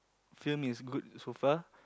film is good so far